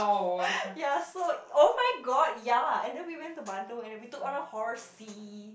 ya so oh-my-god ya and then we went to Bandung and we took on a horsey